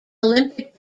olympic